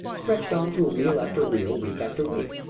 stretched on through reel after reel, week after week.